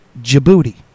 Djibouti